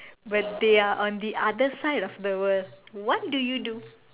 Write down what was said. but they are on the other side of the world what do you do